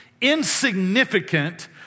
insignificant